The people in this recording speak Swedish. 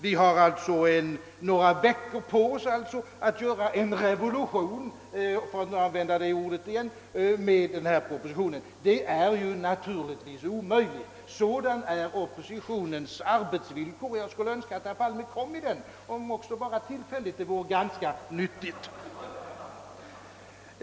Vi har alltså några veckor på oss att göra en revolution — för att använda det ordet igen — beträffande denna proposition. Det är naturligtvis omöjligt. Sådana är oppositionens arbetsvillkor. Jag skulle önska att herr Palme kom i den situationen, om än bara tillfälligt — det vore ganska nyttigt.